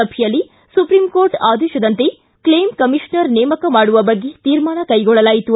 ಸಭೆಯಲ್ಲಿ ಸುಪ್ರೀಂಕೋರ್ಟ್ ಆದೇಶದಂತೆ claim commissioner ನೇಮಕ ಮಾಡುವ ಬಗ್ಗೆ ತೀರ್ಮಾನ ಕೈಗೊಳ್ಳಲಾಯಿತು